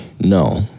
No